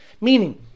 Meaning